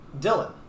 Dylan